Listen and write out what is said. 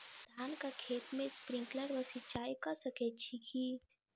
धानक खेत मे स्प्रिंकलर सँ सिंचाईं कऽ सकैत छी की?